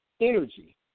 energy